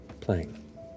playing